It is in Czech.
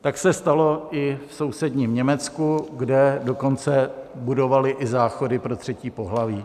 Tak se stalo i v sousedním Německu, kde dokonce budovali i záchody pro třetí pohlaví.